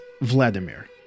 Vladimir